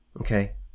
Okay